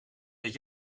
deed